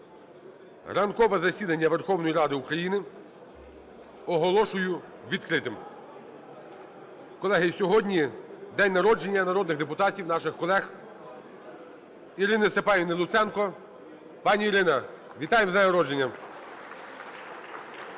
Ранкове засідання Верховної Ради України оголошую відкритим. Колеги, і сьогодні день народження народних депутатів наших колег Ірини Степанівни Луценко. Пані Ірина, вітаємо з днем народження.